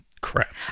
crap